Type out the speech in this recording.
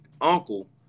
uncle